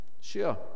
Sure